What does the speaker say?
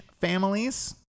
families